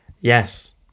Yes